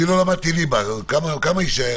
לא למדתי ליבה, כמה יישאר?